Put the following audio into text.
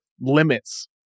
limits